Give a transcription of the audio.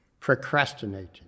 procrastinating